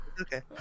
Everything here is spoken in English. Okay